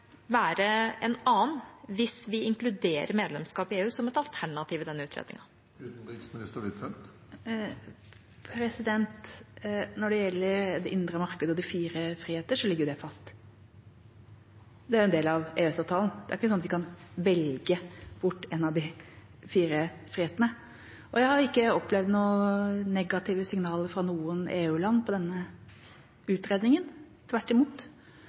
være en annen hvis vi inkluderer medlemskap i EU som et alternativ i denne utredningen? Når det gjelder det indre marked og de fire friheter, ligger det fast. Det er en del av EØS-avtalen. Det er ikke sånn at vi kan velge bort en av de fire frihetene. Jeg har ikke opplevd noen negative signaler fra noen EU-land på denne utredningen. Tvert imot